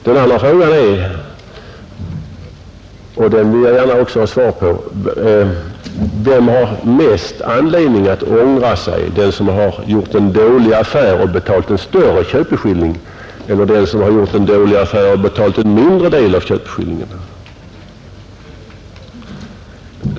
Den andra frågan är — och den vill jag gärna också ha svar på: Vem har största anledningen att ångra sig — den som har gjort en dålig affär och betalat hela köpeskillingen eller den som gjort en dålig affär och betalat en mindre del av köpeskillingen?